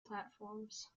platforms